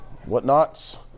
Whatnots